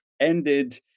ended